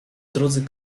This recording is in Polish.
drudzy